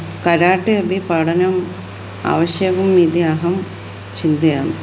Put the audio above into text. karate अपि पठनम् आवश्यकम् इति अहं चिन्तयामि